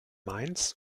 mainz